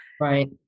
Right